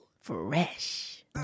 fresh